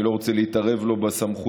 אני לא רוצה להתערב לו בסמכויות.